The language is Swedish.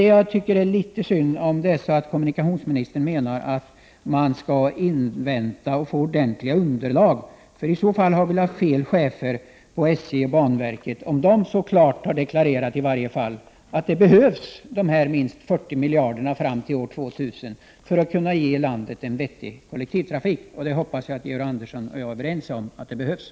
Det är litet synd om kommunikationsministern menar att man skall vänta på att få ett ordentligt underlag. I så fall är det fel chefer på SJ och banverket, som så klart har deklarerat att det behövs minst 40 miljarder fram till år 2000 för att landet skall få en vettig kollektivtrafik. Jag hoppas att Georg Andersson och jag är överens om att det behövs.